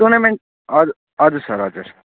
tournament हजुर हजुर sir हजुर